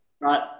right